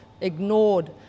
ignored